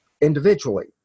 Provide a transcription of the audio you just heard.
individually